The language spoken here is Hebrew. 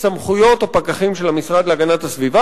סמכויות הפקחים של המשרד להגנת הסביבה.